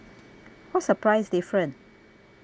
what's the price difference